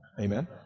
amen